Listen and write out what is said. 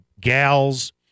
gals